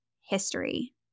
history